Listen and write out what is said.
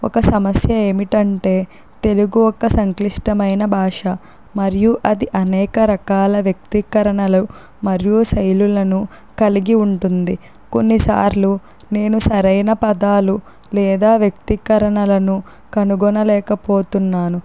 ఒక సమస్య ఏమిటంటే తెలుగు ఒక సంక్లిష్టమైన బాష మరియు అది అనేక రకాల వ్యక్తీకరణలు మరియు శైలులను కలిగి ఉంటుంది కొన్ని సార్లు నేను సరైన పదాలు లేదా వ్యక్తీకరణలను కనుగొనలేకపోతున్నాను